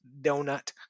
donut